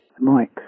Mike